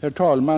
Herr talman!